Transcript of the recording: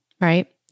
right